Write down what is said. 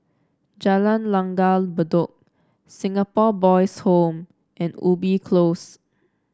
Jalan Langgar Bedok Singapore Boys' Home and Ubi Close